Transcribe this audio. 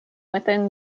within